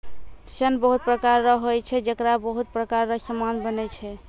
सन बहुत प्रकार रो होय छै जेकरा बहुत प्रकार रो समान बनै छै